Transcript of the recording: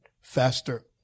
faster